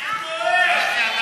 אתה טועה, אתה טועה.